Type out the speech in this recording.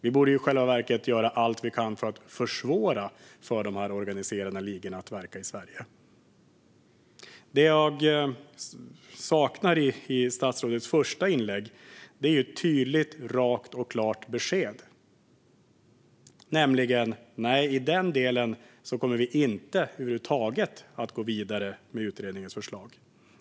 I själva verket borde vi göra allt vi kan för att försvåra för de organiserade ligorna att verka i Sverige. Det jag saknar i statsrådets första inlägg är ett tydligt, rakt och klart besked, nämligen att man i denna del över huvud taget inte kommer att gå vidare med utredningens förslag.